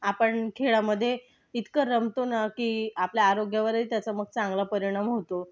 आपण खेळामध्ये इतकं रमतो ना की आपल्या आरोग्यावरही त्याचा मग चांगला परिणाम होतो